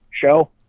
show